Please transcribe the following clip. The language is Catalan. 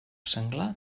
senglar